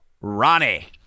Ronnie